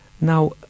Now